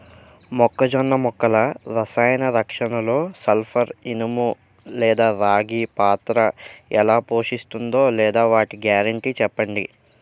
మొక్కజొన్న మొక్కల రసాయన రక్షణలో సల్పర్, ఇనుము లేదా రాగి పాత్ర ఎలా పోషిస్తుందో లేదా వాటి గ్యారంటీ చెప్పండి